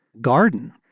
garden